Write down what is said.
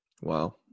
Wow